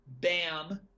Bam